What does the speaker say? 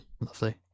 Lovely